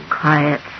Quiet